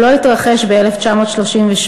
הוא לא התרחש ב-1938.